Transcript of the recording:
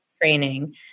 training